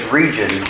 region